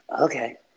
okay